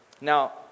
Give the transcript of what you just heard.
Now